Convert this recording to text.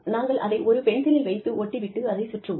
நாங்கள் அதை ஒரு பென்சிலில் வைத்து ஒட்டி விட்டு அதைச் சுற்றுவோம்